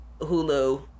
Hulu